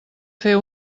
fer